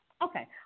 Okay